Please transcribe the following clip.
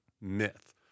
myth